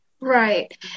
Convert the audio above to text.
Right